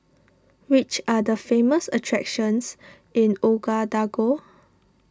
which are the famous attractions in Ouagadougou